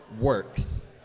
Works